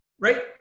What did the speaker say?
right